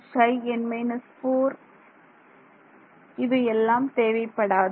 Ψ0 இவையெல்லாம் தேவைப்படாது